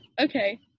okay